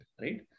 right